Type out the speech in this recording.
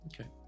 Okay